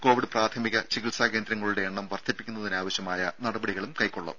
Covid പ്രാഥമിക ചികിത്സാ കേന്ദ്രങ്ങളുടെ എണ്ണം വർധിപ്പിക്കുന്നതിനാവശ്യമായ നടപടികളും കൈക്കൊള്ളും